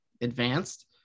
advanced